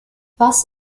was